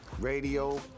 Radio